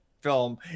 film